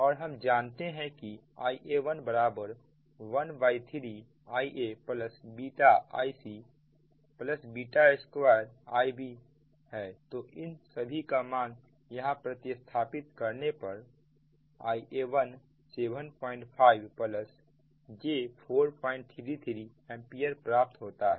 और हम जानते हैं कि Ia1 13 Ia β Ic β2 Ibतो इन सभी मान को यहां प्रति स्थापित करने पर Ia1 75 j 433 एंपियर प्राप्त होता है